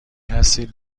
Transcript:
هستید